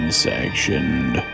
sanctioned